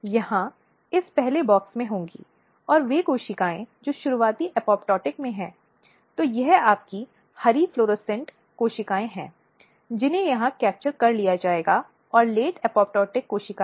यह बेहतर होगा कि यह महिला पुलिस अधिकारियों के साथ होना चाहिए जो कि इस मामले को देखें